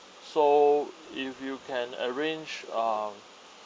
so if you can arrange uh